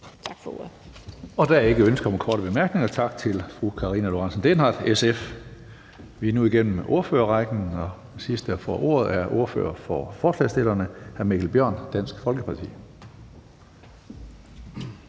(Karsten Hønge): Der er ikke ønske om korte bemærkninger, så tak til fru Karina Lorentzen Dehnhardt, SF. Vi er nu igennem ordførerrækken, og den sidste, der får ordet, er ordføreren for forslagsstillerne, hr. Mikkel Bjørn, Dansk Folkeparti.